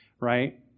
right